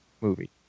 movie